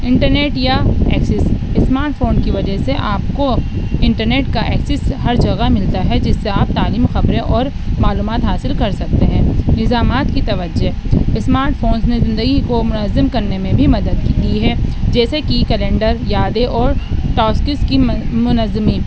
internet یا access smart phone کی وجہ سے آپ کو انٹرنیٹ کا ایکسس ہر جگہ ملتا ہے جس سے آپ تعلیم خبریں اور معلومات حاصل کر سکتے ہیں نظامات کی توجہ اسمارٹ فون نے زندگی کو منظم کرنے میں بھی مدد دی ہے جیسے کہ کلینڈر یادیں اور ٹاؤسکس کی منظمین